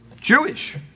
Jewish